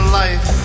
life